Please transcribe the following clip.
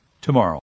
tomorrow